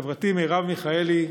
חברתי מרב מיכאלי,